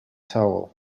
towel